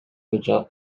өтө